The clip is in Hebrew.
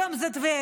היום זה טבריה,